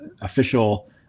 official